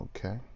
Okay